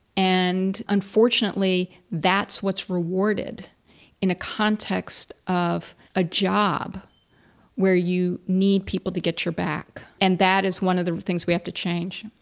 and unfortunately, that's what's rewarded in a context of a job where you need people to get your back. and that is one of the things we have to change.